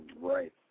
right